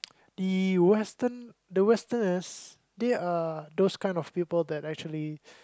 the Western the Westerners they are those kind of people that actually